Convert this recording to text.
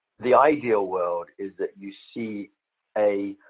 the ideal world is that you see a